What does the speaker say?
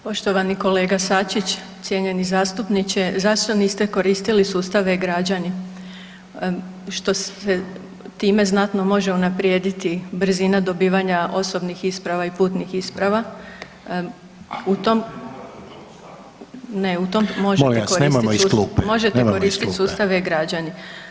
Poštovani kolega Sačić, cijenjeni zastupniče zašto niste koristili sustav e-građani što se time znatno može unaprijediti brzina dobivanja osobnih isprava i putnih isprava … [[Upadica: Ne razumije se.]] u tom, [[Upadica: Molim vas nemojmo iz klupe.]] ne u tom, možete koristit sustav e-građani.